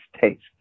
taste